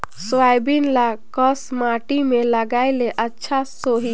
Soybean ल कस माटी मे लगाय ले अच्छा सोही?